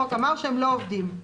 החוק אמר שהם לא עובדים.